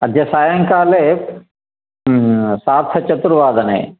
अद्य सायङ्काले सार्धचर्तुवादने